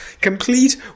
complete